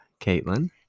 caitlin